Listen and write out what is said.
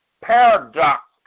paradox